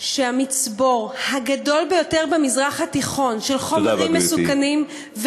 שהמצבור הגדול ביותר במזרח התיכון של חומרים מסוכנים,